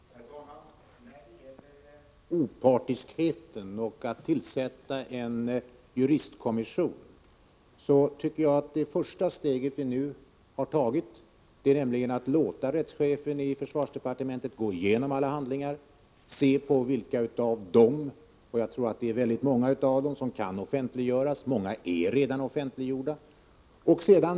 Herr talman! När det gäller kraven på opartiskhet och tillsättande av en juristkommission tycker jag att vi nu har tagit det första steget, nämligen att låta rättschefen i försvarsdepartementet gå igenom alla handlingar och se efter vilka av dessa som kan offentliggöras. Jag tror att väldigt många av dem kan offentliggöras, och många har redan offentliggjorts.